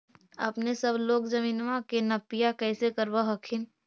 अपने सब लोग जमीनमा के नपीया कैसे करब हखिन?